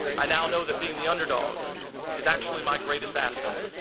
i now know that being the underdog is actually my greatest asset,